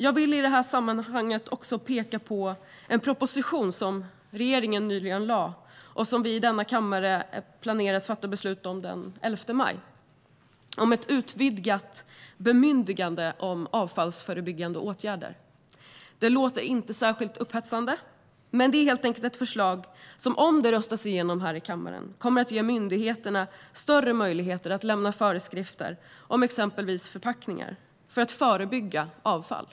Jag vill i det här sammanhanget också peka på en proposition som regeringen nyligen lade fram och som vi i denna kammare enligt plan ska fatta beslut om den 11 maj. Den handlar om ett utvidgat bemyndigande om avfallsförebyggande åtgärder. Det låter inte särskilt upphetsande, men det är helt enkelt ett förslag som - om det röstas igenom i kammaren - kommer att ge myndigheterna större möjligheter att lämna föreskrifter om exempelvis förpackningar för att förebygga avfall.